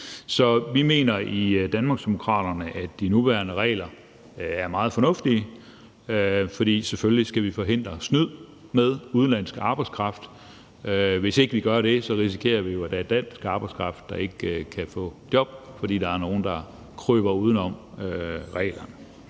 Så vi mener i Danmarksdemokraterne, at de nuværende regler er meget fornuftige, for selvfølgelig skal vi forhindre snyd med udenlandsk arbejdskraft. Hvis ikke vi gør det, risikerer vi, at der er dansk arbejdskraft, der ikke kan få job, fordi der er nogen, der kryber uden om reglerne.